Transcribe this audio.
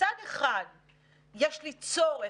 מצד אחד יש לי צורך